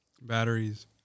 Batteries